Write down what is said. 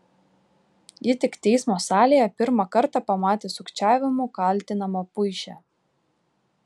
ji tik teismo salėje pirmą kartą pamatė sukčiavimu kaltinamą puišę